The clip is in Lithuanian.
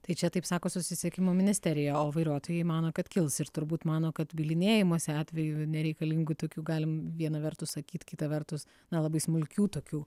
tai čia taip sako susisiekimo ministerija o vairuotojai mano kad kils ir turbūt mano kad bylinėjimosi atvejų nereikalingų tokių galim viena vertus sakyt kita vertus na labai smulkių tokių